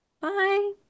Bye